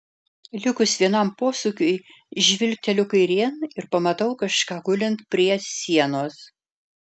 likus vienam posūkiui žvilgteliu kairėn ir pamatau kažką gulint prie sienos